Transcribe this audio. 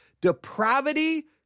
Depravity